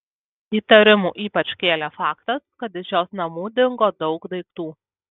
įtarimų ypač kėlė faktas kad iš jos namų dingo daug daiktų